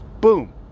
boom